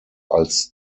als